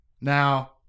now